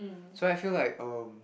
so I feel like um